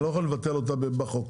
ואני לא יכול לבטל אותה בחוק.